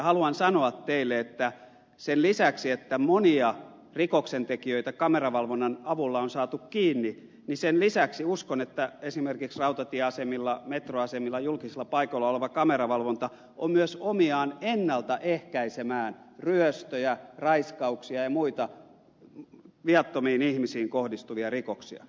haluan sanoa teille että sen lisäksi että monia rikoksentekijöitä kameravalvonnan avulla on saatu kiinni uskon että esimerkiksi rautatieasemilla metroasemilla muilla julkisilla paikoilla oleva kameravalvonta on myös omiaan ennalta ehkäisemään ryöstöjä raiskauksia ja muita viattomiin ihmisiin kohdistuvia rikoksia